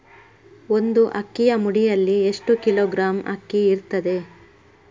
ಒಂದು ಅಕ್ಕಿಯ ಮುಡಿಯಲ್ಲಿ ಎಷ್ಟು ಕಿಲೋಗ್ರಾಂ ಅಕ್ಕಿ ಇರ್ತದೆ?